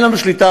אין לנו שליטה,